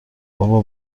بابا